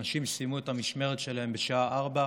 אנשים סיימו את המשמרת שלהם בשעה 16:00,